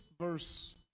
verse